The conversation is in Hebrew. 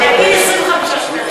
נגיד 25 שקלים.